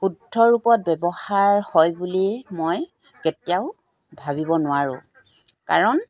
শুদ্ধ ৰূপত ব্যৱহাৰ হয় বুলি মই কেতিয়াও ভাবিব নোৱাৰোঁ কাৰণ